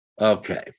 Okay